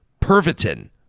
Pervitin